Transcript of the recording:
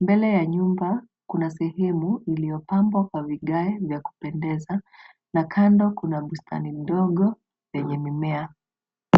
Mbele ya nyumba kuna sehemu iliyopambwa kwa vigae vya kupendeza, na kando kuna bustani ndogo yenye mimea.